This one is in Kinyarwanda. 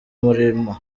murima